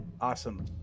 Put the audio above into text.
Awesome